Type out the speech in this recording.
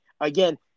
again